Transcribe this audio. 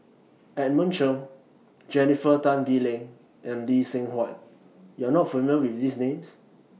Edmund Cheng Jennifer Tan Bee Leng and Lee Seng Huat YOU Are not familiar with These Names